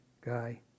guy